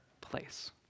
place